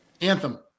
Anthem